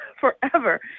forever